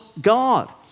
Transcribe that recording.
God